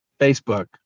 Facebook